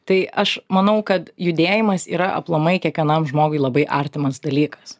tai aš manau kad judėjimas yra aplamai kiekvienam žmogui labai artimas dalykas